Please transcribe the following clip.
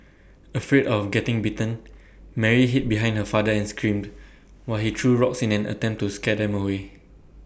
afraid of getting bitten Mary hid behind her father and screamed while he threw rocks in an attempt to scare them away